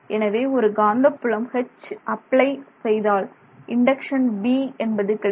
எனவே ஒரு காந்தப்புலம் 'H' அப்ளை செய்தால் இண்டக்சன் 'B' என்பது கிடைக்கும்